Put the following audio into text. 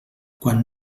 quan